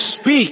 speak